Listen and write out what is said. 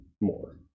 more